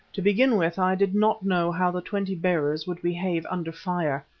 to begin with i did not know how the twenty bearers would behave under fire.